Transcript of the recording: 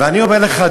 ואני אומר לך,